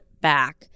back